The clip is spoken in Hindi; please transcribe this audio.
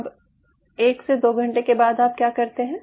अब एक से 2 घंटे के बाद आप क्या करते हैं